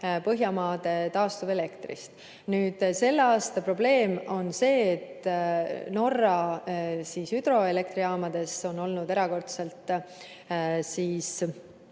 Põhjamaade taastuvelektrist. Selle aasta probleem on see, et Norra hüdroelektrijaamades on olnud erakordselt vähe